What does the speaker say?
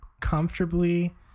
comfortably